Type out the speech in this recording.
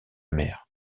mère